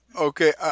Okay